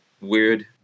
weird